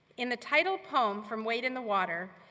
in the title poem from wade in the water,